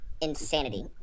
insanity